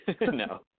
no